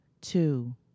two